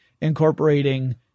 incorporating